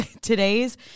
today's